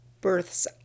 births